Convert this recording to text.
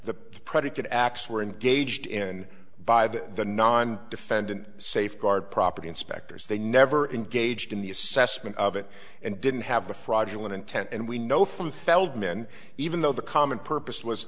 the predicate acts were engaged in by that the non defendant safeguard property inspectors they never engaged in the assessment of it and didn't have the fraudulent intent and we know from feldman even though the common purpose